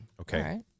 Okay